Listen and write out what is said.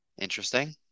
Interesting